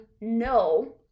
no